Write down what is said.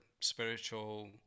spiritual